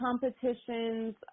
competitions